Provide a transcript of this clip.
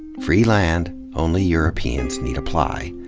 free land, only europeans need apply.